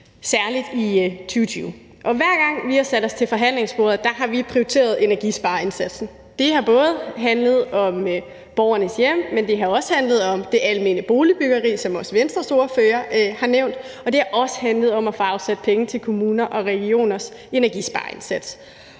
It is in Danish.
særlig i 2020, og hver gang vi har sat os til forhandlingsbordet, har vi prioriteret energispareindsatsen. Det har både handlet om borgernes hjem, men det har også handlet om det almene boligbyggeri, som også Venstres ordfører har nævnt, og det har også handlet om at få afsat penge til kommuners og regioners energispareindsats.